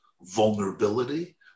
vulnerability